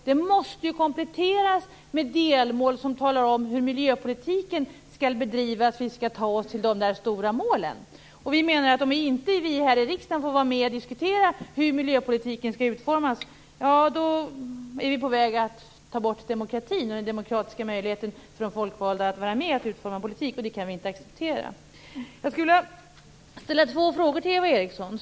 De måste kompletteras med delmål som talar om hur miljöpolitiken skall bedrivas och hur vi skall ta oss till de stora målen. Vi i Miljöpartiet menar att om vi här i riksdagen inte får vara med och diskutera hur miljöpolitiken skall utformas är vi på väg att ta bort demokratin och den demokratiska möjligheten för de folkvalda att vara med och utforma politiken. Det kan vi inte acceptera. Jag vill ställa två frågor till Eva Eriksson.